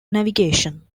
navigation